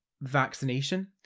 vaccination